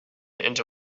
into